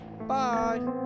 Bye